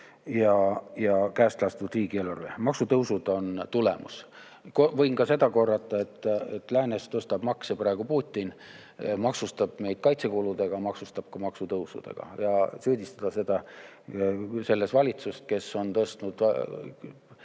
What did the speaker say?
ja käest lastud riigieelarve. Maksutõusud on tulemus. Võin ka seda korrata, et läänes tõstab makse praegu Putin, tema maksustab meid kaitsekuludega, maksustab ka maksutõusudega. Ja süüdistada selles valitsust, kes järgmine